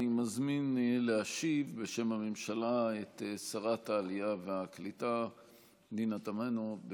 אני מזמין את שרת העלייה והקליטה פנינה תמנו להשיב בשם הממשלה,